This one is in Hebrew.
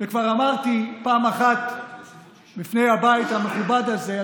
וכבר אמרתי פעם אחת לפני הבית המכובד הזה,